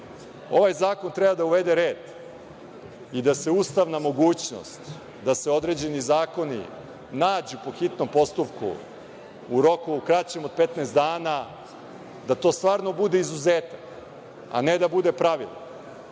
zakon treba da uvede red i da se ustavna mogućnost da se određeni zakoni nađu po hitnom postupku u roku kraćem od 15 dana, da to stvarno bude izuzetak, a ne da bude pravilo.